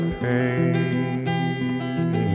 pain